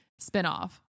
spinoff